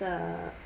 the